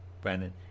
brandon